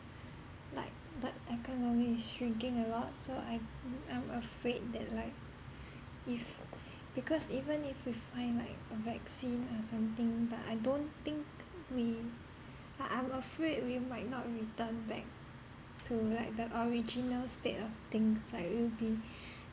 like but economy is shrinking a lot so I'm I'm afraid that like if because even if we find like a vaccine or something but I don't think we uh I'm afraid we might not return back to like the original state of things like it'll be